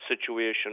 situation